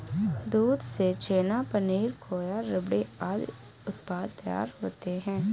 दूध से छेना, पनीर, खोआ, रबड़ी आदि उत्पाद तैयार होते हैं